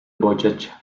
voyage